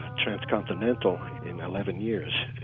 transcontinental in eleven years.